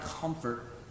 comfort